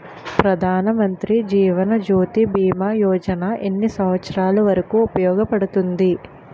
ప్రధాన్ మంత్రి జీవన్ జ్యోతి భీమా యోజన ఎన్ని సంవత్సారాలు వరకు ఉపయోగపడుతుంది?